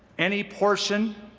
any portion